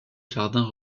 jardin